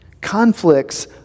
Conflicts